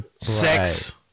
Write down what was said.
Sex